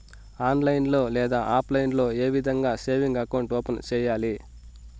online లో లేదా offline లో ఏ విధంగా సేవింగ్ అకౌంట్ ఓపెన్ సేయాలి